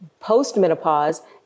postmenopause